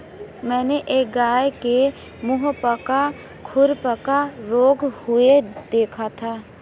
मैंने एक गाय के मुहपका खुरपका रोग हुए देखा था